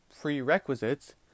prerequisites